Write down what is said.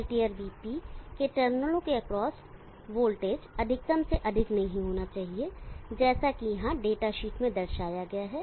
Peltier Vp के टर्मिनलों के एक्रॉस वोल्टेज अधिकतम से अधिक नहीं होनी चाहिए जैसा कि यहां डेटा शीट में दर्शाया गया है